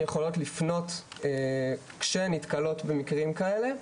יכולות לפנות כאשר הן נתקלות במקרים כאלה.